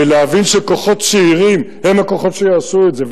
ולהבין שכוחות צעירים הם הכוחות שיעשו את זה,